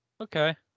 Okay